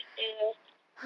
ya